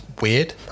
weird